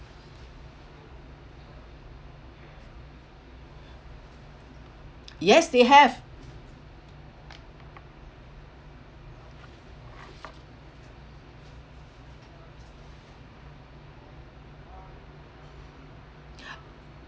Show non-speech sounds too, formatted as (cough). yes they have (breath)